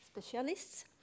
specialists